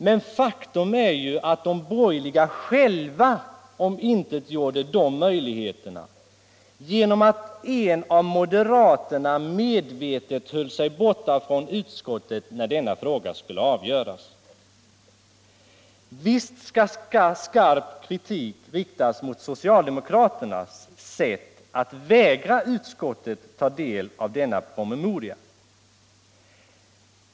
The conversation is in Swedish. Men faktum är ju att de borgerliga själva omintetgjorde de möjligheterna genom att en av moderaterna medvetet höll sig borta från utskottet när denna fråga skulle avgöras. Visst skall skarp kritik riktas mot socialdemokraternas vägran att låta utskottet ta del av denna promemoria.